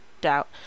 doubt